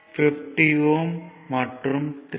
50 Ω மற்றும் 3